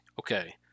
okay